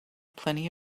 plenty